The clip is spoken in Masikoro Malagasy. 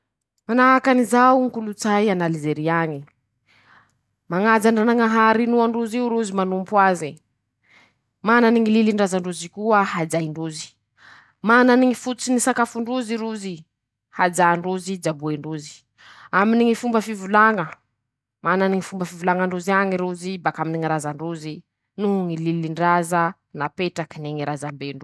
Manahaky anizao ñy kolotsay an'Alzery añy: -Mañaja ndranañahary inoan-drozy io rozy ,manompo aze ,manany ñy lilin-drazan-drozy koa hajain-drozy ;manany ñy fototsiny ñy sakafon-drozy rozy ,hajàn-drozy ,jaboen-drozy ;aminy ñy fomba fivolaña ,manany ñy fomba fivolañan-drozy añy rozy bakaminy ñy razan-drozy noho ñy lilin-draza napetrakiny ñy razam-ben-drozy.